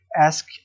ask